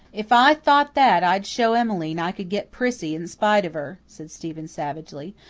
if i thought that i'd show emmeline i could get prissy in spite of her, said stephen savagely.